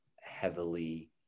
heavily